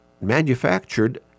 manufactured